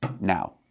Now